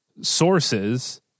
sources